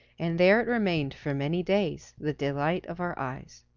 and there it remained for many days, the delight of our eyes.